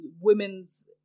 women's